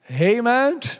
Amen